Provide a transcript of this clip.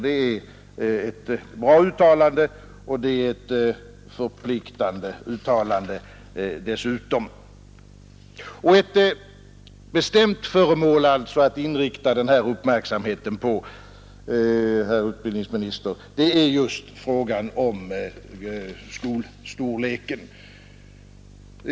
Det är ett bra uttalande, och det är dessutom ett förpliktande uttalande. En bestämd fråga att inrikta uppmärksamheten på, herr utbildningsminister, är just frågan om skolstorleken.